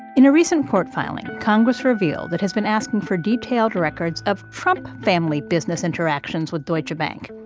in a recent court filing, congress revealed it has been asking for detailed records of trump family business interactions with deutsche bank.